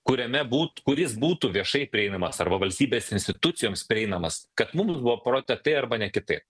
kuriame būt kuris būtų viešai prieinamas arba valstybės institucijoms prieinamas kad mums buvo parodyta tai arba ne kitaip